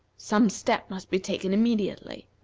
some step must be taken immediately.